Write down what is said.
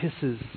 kisses